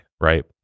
right